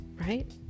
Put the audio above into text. right